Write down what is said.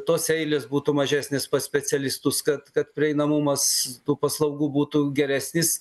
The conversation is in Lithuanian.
tos eilės būtų mažesnės pas specialistus kad kad prieinamumas tų paslaugų būtų geresnis